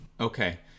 Okay